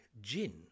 gin